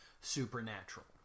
Supernatural